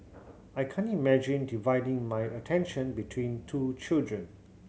I can't imagine dividing my attention between two children